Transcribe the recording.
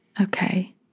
okay